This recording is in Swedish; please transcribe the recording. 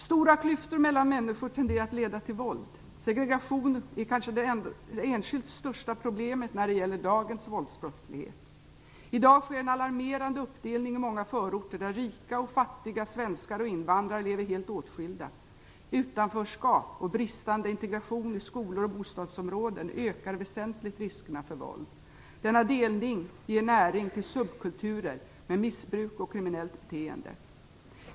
Stora klyftor mellan människor tenderar att leda till våld. Segregation är kanske det enskilt största problemet när det gäller dagens våldsbrottslighet. I dag sker en alarmerande uppdelning i många förorter, där rika och fattiga, svenskar och invandrare lever helt åtskilda. Utanförskap och bristande integration i skolor och bostadsområden ökar väsentligt riskerna för våld. Denna delning ger näring till subkulturer med missbruk och kriminellt beteende.